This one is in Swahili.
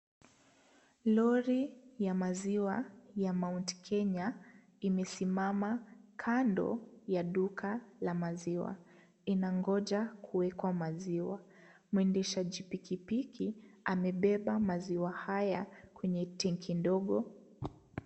Lori ya maziwa ya Mount Kenya imesimama Kando ya duka la maziwa inangojwa kuwekwa maziwa. Mwendeshaji pikipiki amebeba maziwa haya kwenye tenki ndogo.